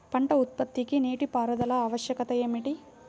పంట ఉత్పత్తికి నీటిపారుదల ఆవశ్యకత ఏమిటీ?